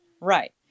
Right